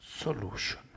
solution